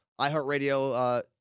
iHeartRadio